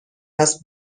است